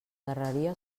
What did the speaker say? darreria